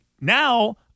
now